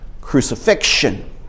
crucifixion